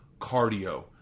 cardio